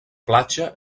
platja